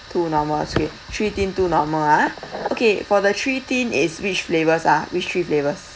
two normal three three thin two normal ah okay for the three thin is which flavours ah which three flavours